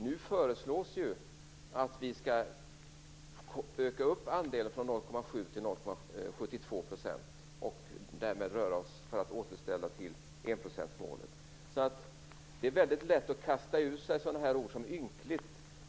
Nu föreslås ju att vi skall öka andelen från 0,7 % till 0,72 % för att därmed närma oss enprocentsmålet. Det är väldigt lätt att kasta ur sig ord som ynkligt.